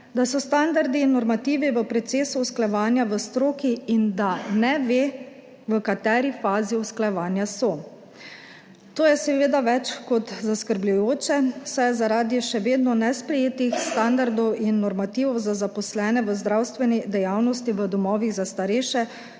da so standardi in normativi v procesu usklajevanja v stroki in da ne ve, v kateri fazi usklajevanja so. To je seveda več kot zaskrbljujoče, saj je zaradi še vedno nesprejetih standardov in normativov za zaposlene v zdravstveni dejavnosti v domovih za starejše